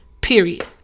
Period